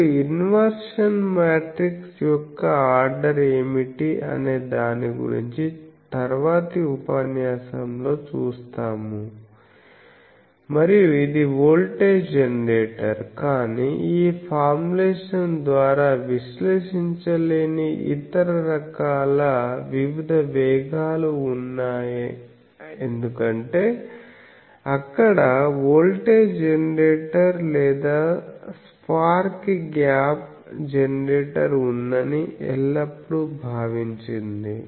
ఇప్పుడు inversion matrix యొక్క order ఏమిటి అనే దాని గురించి తరువాతి ఉపన్యాసం లో చూస్తాము మరియు ఇది వోల్టేజ్ జనరేటర్ కానీ ఈ ఫార్ములేషన్ ద్వారా విశ్లేషించలేని ఇతర రకాల వివిధ వేగాలు ఉన్నాయి ఎందుకంటే అక్కడ వోల్టేజ్ జనరేటర్ లేదా స్పార్క్ గ్యాప్ జెనరేటర్ ఉందని ఎల్లప్పుడూ భావించింది